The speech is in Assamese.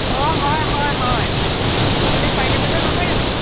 অঁ হয় হয় হয় আপুনি পাৰিজাত বাইদেউ নহয় জানো